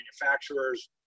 manufacturers